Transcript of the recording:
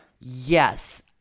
Yes